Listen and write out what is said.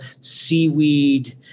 seaweed